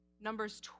Numbers